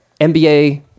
NBA